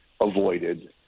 avoided